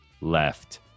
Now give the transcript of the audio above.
left